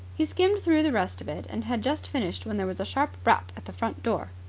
he skimmed through the rest of it, and had just finished when there was a sharp rap at the front door.